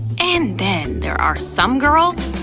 and then there are some girls,